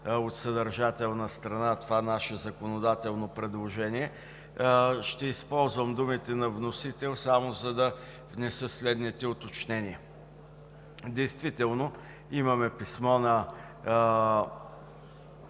от съдържателна страна това наше законодателно предложение. Ще използвам думите на вносител само за да внеса следните уточнения. Действително имаме писмо на